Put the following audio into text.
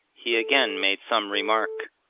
he again made some remark.